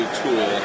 tool